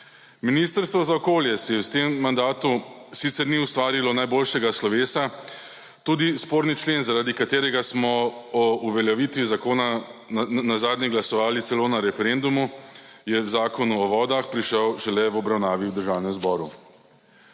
Ministrstvo za okolje si v tem mandatu sicer ni ustvarilo najboljšega slovesa, tudi sporni člen, zaradi katerega smo o uveljavitvi zakona nazadnje glasovali celo na referendumu, je v Zakonu o vodah prišel šele v obravnavi v Državnem zboru.